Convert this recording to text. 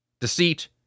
deceit